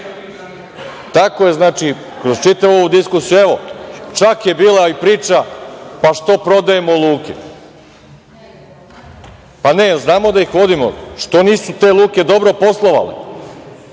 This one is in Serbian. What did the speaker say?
Tako je kroz čitavu diskusiju. Evo, čak je bila i priča – pa što prodajemo luke? Pa, da li znamo da ih vodimo? Što nisu te luke dobro poslovale?